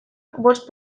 bost